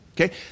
Okay